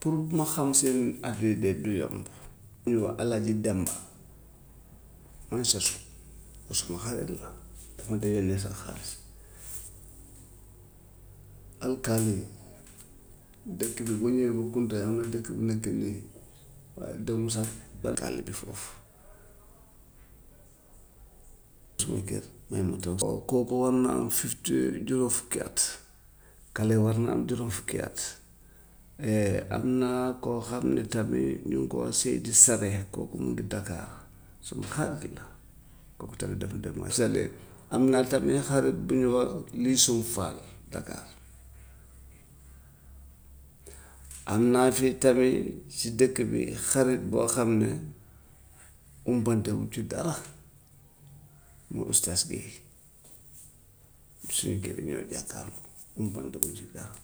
Pour ma xam seen at yi de du yomb, ku ñu wax el hadji demba kooku suma xarit la daf ma dee yónnee sax xaalis. Alkaly dëkk bi boo ñëwee ba kounta am na dëkk bu nekkee nii, waa dem na sax ba galle bi foofu suma kër ñëw na tam, kooku war na am fifty years juróom fukki at, kële war na am juróom fukki at. am na koo xam ne tamit ñu ngi ko wax seydi sarré kooku mu ngi dakar suma xarit la, kooku tamit daf daf may. Am naa tamit xarit bu ñu wax youssoupha dakar. am naa fi tamit si dëkk bi xarit boo xam ne umpantewuñ ci dara muy oustaz guèye suñu kër yi ñoo jàkkaarloo, umpantewuñ ci dara,